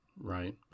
Right